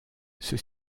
ceux